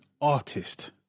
artist